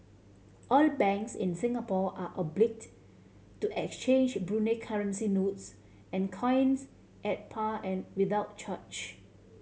all banks in Singapore are obliged to exchange Brunei currency notes and coins at par and without charge